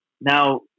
Now